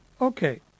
Okay